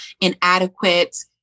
inadequate